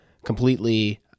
completely